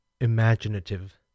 imaginative